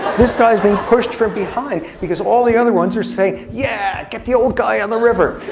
this guy is being pushed from behind, because all the other ones are saying, yeah, get the old guy on the river.